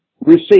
receive